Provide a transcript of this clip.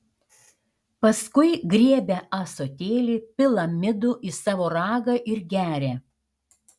paskui griebia ąsotėlį pila midų į savo ragą ir geria